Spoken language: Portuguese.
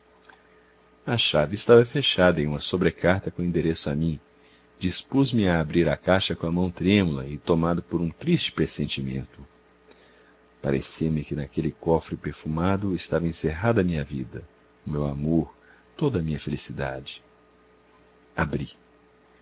a chave estava fechada em uma sobrecarta com endereço a mim dispus-me a abrir a caixa com a mão trêmula e tomado por um triste pressentimento parecia-me que naquele cofre perfumado estava encerrada a minha vida o meu amor toda a minha felicidade abri